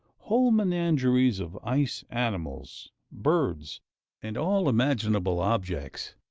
whole menageries of ice animals, birds and all imaginable objects,